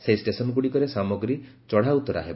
ସେହି ଷ୍ଟେସନ୍ଗୁଡ଼ିକରେ ସାମଗ୍ରୀ ଚଢ଼ାଉତରା ହେବ